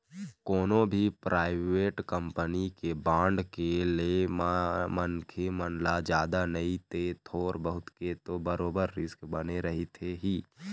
कोनो भी private company के बांड के ले म मनखे मन ल जादा नइते थोर बहुत के तो बरोबर रिस्क बने रहिथे ही